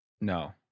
No